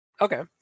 Okay